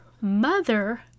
mother